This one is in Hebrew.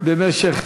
במשך